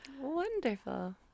Wonderful